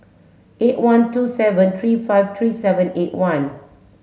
eight one two seven three five three seven eight one